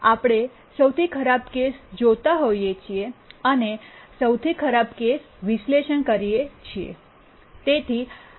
આપણે સૌથી ખરાબ કેસ જોતા હોઈએ છીએ અને સૌથી ખરાબ કેસ વિશ્લેષણ કરીએ છીએ